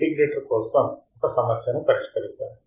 integrator కోసం ఒక సమస్యను పరిష్కరిద్దాం